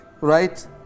Right